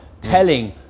telling